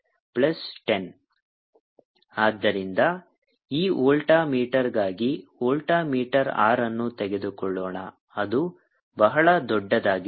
V1 6021R10 ಆದ್ದರಿಂದ ಈಗ ವೋಲ್ಟಾ ಮೀಟರ್ಗಾಗಿ ವೋಲ್ಟಾ ಮೀಟರ್ R ಅನ್ನು ತೆಗೆದುಕೊಳ್ಳೋಣ ಅದು ಬಹಳ ದೊಡ್ಡದಾಗಿದೆ